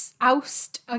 oust